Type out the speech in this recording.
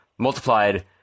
multiplied